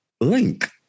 link